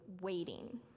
waiting